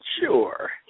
Sure